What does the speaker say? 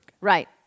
Right